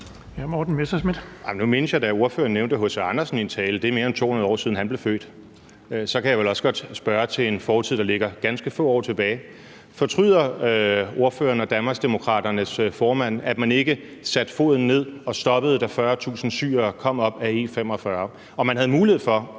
Morten Messerschmidt (DF): Nu mindes jeg da, at ordføreren nævnte H.C. Andersen i en tale, og det er mere end 200 år siden, han blev født, og så kan jeg vel også godt spørge til en fortid, der ligger ganske få år tilbage. Fortryder ordføreren og Danmarksdemokraternes formand, at man ikke satte foden ned og stoppede det, da 40.000 syrere kom op ad E45 og man havde mulighed for